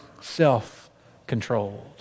self-controlled